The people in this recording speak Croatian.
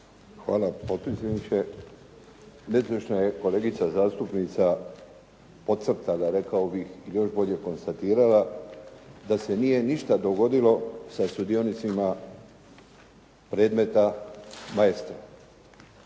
Hvala potpredsjedniče. Netočno je kolegica zastupnica podcrtala rekao bih ili još bolje konstatirala, da se nije ništa dogodilo sa sudionicima predmeta "Maestro".